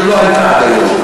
שלא הייתה עד היום.